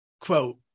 quote